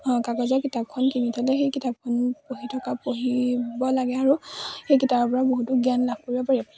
কাগজৰ কিতাপখন কিনি থ'লে সেই কিতাপখন পঢ়ি থকা পঢ়িব লাগে আৰু সেই কিতাপৰ পৰা বহুতো জ্ঞান লাভ কৰিব পাৰি